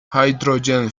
hydrogen